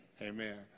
Amen